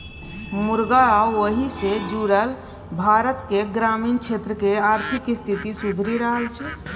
मुरगा आ ओहि सँ जुरल भारतक ग्रामीण क्षेत्रक आर्थिक स्थिति सुधरि रहल छै